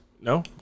No